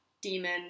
Demon